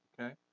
okay